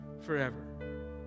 forever